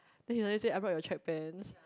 then he only said I brought your track pants